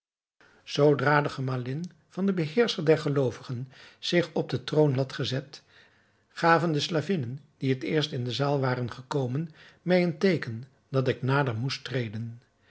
zoodra de gemalin van den beheerscher der geloovigen zich op den troon had gezet gaven de slavinnen die het eerst in de zaal waren gekomen mij een teeken dat ik nader moest treden